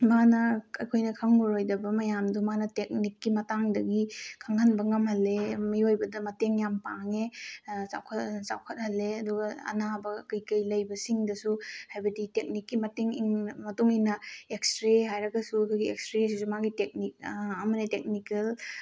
ꯃꯥꯅ ꯑꯩꯈꯣꯏꯅ ꯈꯪꯉꯔꯣꯏꯗꯕ ꯃꯌꯥꯝꯗꯣ ꯃꯥꯅ ꯇꯦꯛꯅꯤꯛꯀꯤ ꯃꯇꯥꯡꯗꯒꯤ ꯈꯪꯍꯟꯕ ꯉꯝꯍꯜꯂꯦ ꯃꯤꯑꯣꯏꯕꯗ ꯃꯇꯦꯡ ꯌꯥꯝ ꯄꯥꯡꯉꯦ ꯆꯥꯎꯈꯠꯍꯜꯂꯦ ꯑꯗꯨꯒ ꯑꯅꯥꯕ ꯀꯩꯀꯩ ꯂꯩꯕꯁꯤꯡꯗꯁꯨ ꯍꯥꯏꯕꯗꯤ ꯇꯦꯛꯅꯤꯛꯀꯤ ꯃꯇꯨꯡ ꯏꯟꯅ ꯑꯦꯛꯁꯔꯦ ꯍꯥꯏꯔꯒꯁꯨ ꯑꯩꯈꯣꯏꯒꯤ ꯑꯦꯛꯁꯔꯦꯁꯤꯁꯨ ꯃꯥꯒꯤ ꯇꯦꯛꯅꯤꯛ ꯑꯃꯅꯤ ꯇꯦꯛꯅꯤꯀꯦꯜ